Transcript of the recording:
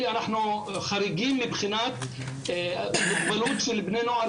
הם אלה שבאמת יכולים להציל את הילדים מהנשירה,